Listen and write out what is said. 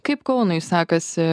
kaip kaunui sekasi